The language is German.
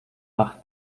acht